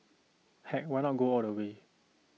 heck why not go all the way